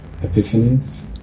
Epiphanies